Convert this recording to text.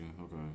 Okay